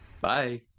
bye